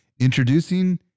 Introducing